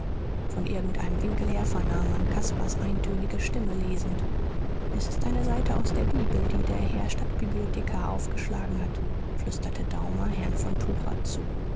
von irgendeinem winkel her vernahm man caspars eintönige stimme lesend es ist eine seite aus der bibel die der herr stadtbibliothekar aufgeschlagen hat flüsterte daumer herrn von tucher zu